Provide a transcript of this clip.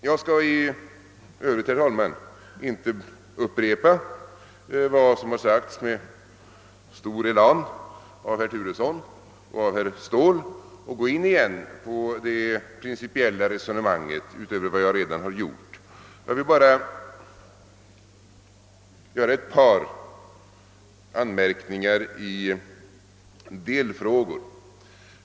Jag skall i övrigt, herr talman, inte upprepa vad som har sagts med stor élan av herr Turesson och herr Ståhl och åter gå in på det principiella resonemanget, utöver vad jag redan gjort. Jag vill bara göra ett par delfrågor.